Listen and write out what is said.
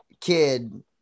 kid